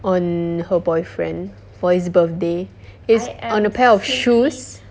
on her boyfriend for his birthday is on a pair of shoes